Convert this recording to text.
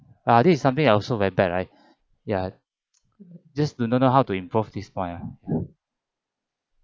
ah this is something also very bad right this don't know how to improve this point ya